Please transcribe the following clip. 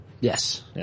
Yes